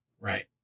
Right